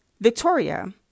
Victoria